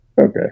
Okay